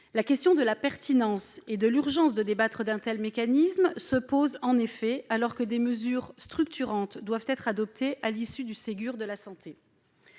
La question de la pertinence et de l'urgence de débattre d'un tel mécanisme se pose en effet, alors que des mesures structurantes doivent être adoptées à l'issue du Ségur de la santé.